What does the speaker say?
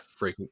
Freaking